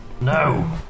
No